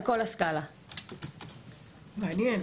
מעניין.